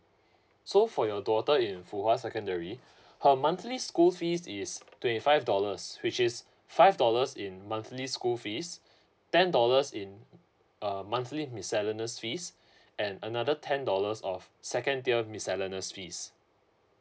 so for your daughter in fu hwa secondary her monthly school fees is twenty five dollars which is five dollars in monthly school fees ten dollars in uh monthly miscellaneous fees and another ten dollars of second tier miscellaneous fees